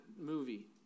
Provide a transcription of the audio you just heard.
movie